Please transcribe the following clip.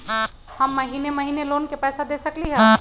हम महिने महिने लोन के पैसा दे सकली ह?